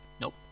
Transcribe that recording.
Nope